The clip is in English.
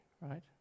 right